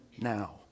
now